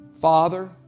father